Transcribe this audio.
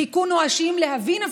חיכו נואשים להבין,